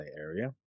area